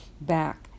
back